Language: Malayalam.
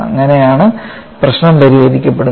അങ്ങനെയാണ് പ്രശ്നം പരിഹരിക്കപ്പെടുന്നത്